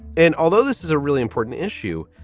and although this is a really important issue,